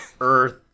Earth